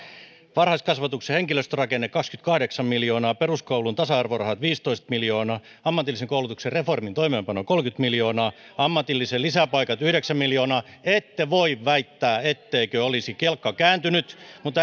varhaiskasvatuksen henkilöstörakenne kaksikymmentäkahdeksan miljoonaa peruskoulun tasa arvorahat viisitoista miljoonaa ammatillisen koulutuksen reformin toimeenpano kolmekymmentä miljoonaa ammatillisen lisäpaikat yhdeksän miljoonaa ette voi väittää etteikö olisi kelkka kääntynyt mutta